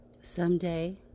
Someday